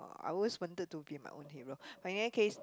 I always wanted to be my own hero but in any case